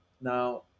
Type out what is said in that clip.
Now